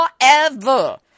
forever